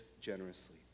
generously